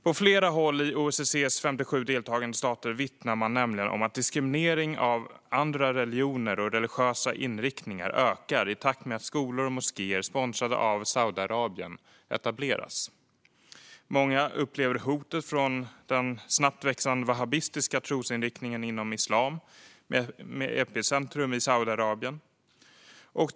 På flera håll i OSSE:s 57 deltagande stater vittnar man nämligen om att diskriminering av andra religioner och religiösa inriktningar ökar i takt med att skolor och moskéer sponsrade av Saudiarabien etableras. Många upplever hotet från den snabbt växande wahabitiska trosinriktningen inom islam, med epicentrum i Saudiarabien.